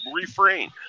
refrain